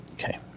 Okay